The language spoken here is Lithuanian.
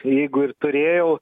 jeigu ir turėjau